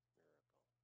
miracle